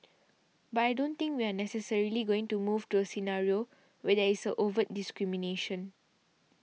but I don't think we are necessarily going to move to a scenario where there is overt discrimination